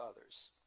others